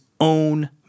own